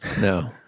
no